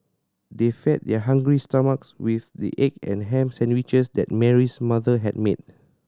they fed their hungry stomachs with the egg and ham sandwiches that Mary's mother had made